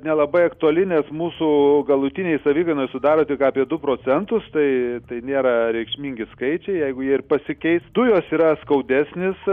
nelabai aktuali nes mūsų galutinėj savikainoj sudaro tik apie du procentus tai tai nėra reikšmingi skaičiai jeigu jie ir pasikeis dujos yra skaudesnis